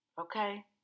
okay